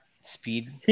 speed